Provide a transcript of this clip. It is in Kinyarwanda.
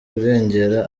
kurengera